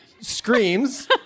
screams